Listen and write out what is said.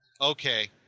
Okay